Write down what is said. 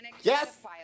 yes